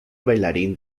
bailarín